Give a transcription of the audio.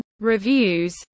reviews